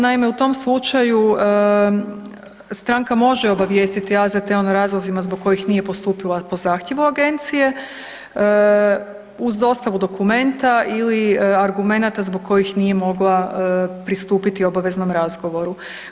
Naime, u tom slučaju stranka može obavijestiti AZTN o razlozima zbog kojih nije postupila po zahtjevu agencije uz dostavu dokumenta ili argumenata zbog kojih nije mogla pristupiti obaveznom razgovoru.